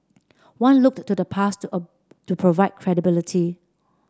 one looked to the past a to provide credibility